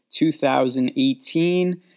2018